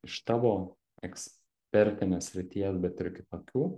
iš tavo ekspertinės srities bet ir kitokių